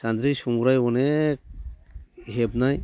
सानद्रि संग्राइ अनेक हेबनाय